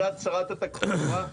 --- שרת התחבורה,